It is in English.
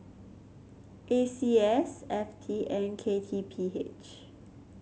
A C S F T and K T P H